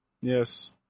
Yes